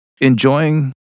enjoying